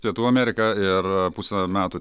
pietų ameriką ir pusę metų